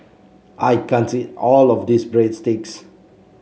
I can't eat all of this Breadsticks